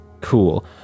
Cool